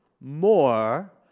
more